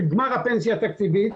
של גמר הפנסיה התקציבית,